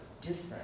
different